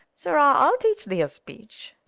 sirrah, i'll teach thee a speech.